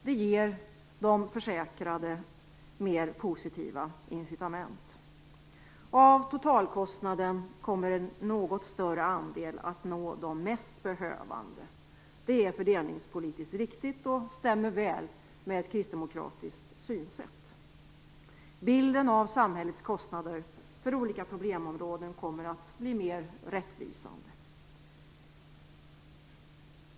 Det ger de försäkrade mer positiva incitament. Av totalkostnaden kommer en något större andel att nå de mest behövande. Det är fördelningspolitiskt riktigt och stämmer väl med ett kristdemokratiskt synsätt. Bilden av samhällets kostnader för olika problemområden kommer att bli mer rättvisande.